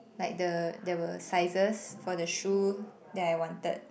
like the there were sizes for the shoe that I wanted